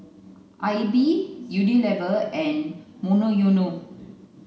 aibix Unilever and Monoyono